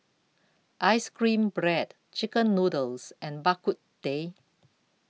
Ice Cream Bread Chicken Noodles and Bak Kut Teh